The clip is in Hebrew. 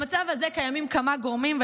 למצב הזה קיימים כמה גורמים,